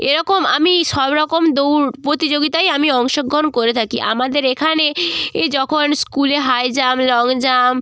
এরকম আমি সব রকম দৌড় প্রতিযোগিতায় আমি অংশগ্রহণ করে থাকি আমাদের এখানে এ যখন স্কুলে হাই জাম্প লং জাম্প